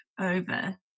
over